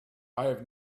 have